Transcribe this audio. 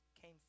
came